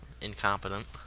incompetent